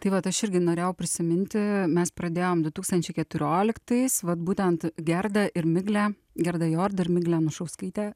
tai vat aš irgi norėjau prisiminti mes pradėjom du tūkstančiai keturioliktais vat būtent gerda ir miglė gerda jord ir miglė anušauskaitė